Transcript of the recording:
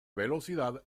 velocidad